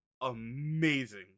amazing